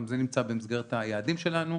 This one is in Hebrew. גם זה נמצא במסגרת היעדים שלנו.